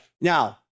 Now